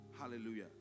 Hallelujah